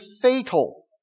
fatal